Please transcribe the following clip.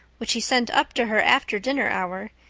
which he sent up to her after dinner hour,